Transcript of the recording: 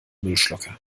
müllschlucker